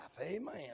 amen